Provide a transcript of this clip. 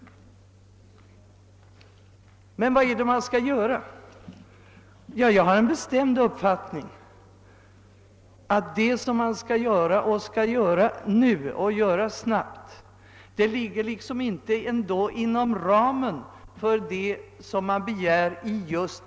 Men vad är det man skall göra? Ja, jag har den bestämda uppfattningen att det som nu skall göras — och som skall göras snabbt — inte ligger inom ramen för vad som begärs i de motioner vi nu behandlar.